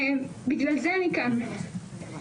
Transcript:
בגלל זה אני כאן.